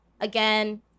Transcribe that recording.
again